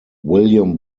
william